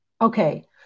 Okay